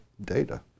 data